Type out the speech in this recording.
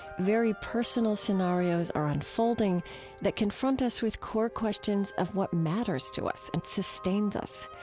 very personal scenarios are unfolding that confront us with core questions of what matters to us and sustains us.